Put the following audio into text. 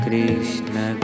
Krishna